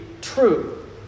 true